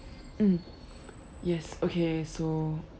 mm yes okay so